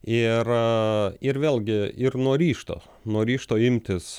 ir ir vėlgi ir nuo ryžto nuo ryžto imtis